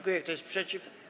Kto jest przeciw?